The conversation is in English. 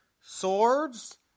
swords